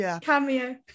cameo